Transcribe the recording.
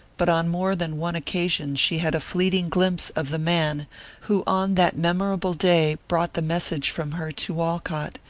but on more than one occasion she had a fleeting glimpse of the man who on that memorable day brought the message from her to walcott,